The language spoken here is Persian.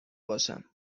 باشم